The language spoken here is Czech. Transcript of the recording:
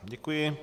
Děkuji.